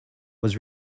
was